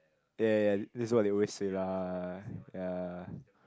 ya ya ya that's what they always say lah ya